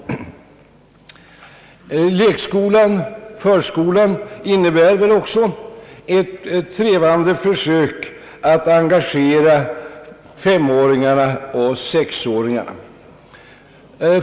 Lekskolan innebär väl också ett trevande försök att engagera femåringar och sexåringar.